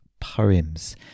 poems